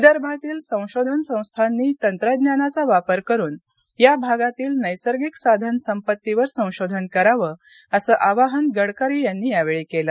विदर्भातील संशोधन संस्थांनी तंत्रज्ञानाचा वापर करून या भागातील नैसर्गिक साधन संपत्तीवर संशोधन करावं असं आवाहन गडकरी यांनी यावेळी केलं